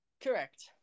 Correct